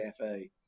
cafe